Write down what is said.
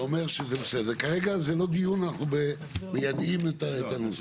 כרגע זה לא דיון, אנחנו מיידעים את הנוסח.